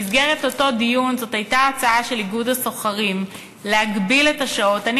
במסגרת אותו דיון זו הייתה הצעה של איגוד הסוחרים להגביל את השעות.